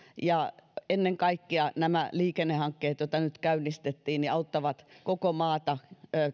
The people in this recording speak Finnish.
ennen kaikkea nämä liikennehankkeet joita nyt käynnistettiin auttavat koko maata